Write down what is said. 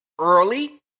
early